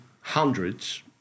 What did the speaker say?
hundreds